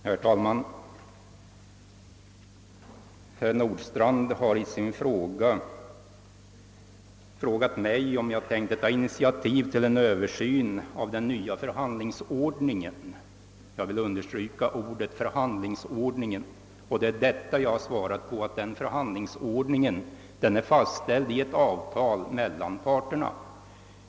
Herr talman! Herr Nordstrandh har frågat mig, om jag tänker ta initiativ till en översyn av den nya förhandlingsordningen. Jag vill understryka ordet förhandlingsordning. Det är detta som jag har svarat på. Förhandlingsordningen är fastställd i ett avtal mellan parterna.